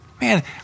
Man